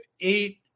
eight